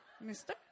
Mister